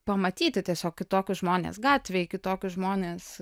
pamatyti tiesiog kitokius žmones gatvėj kitokius žmones